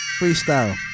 Freestyle